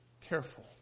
careful